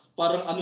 parang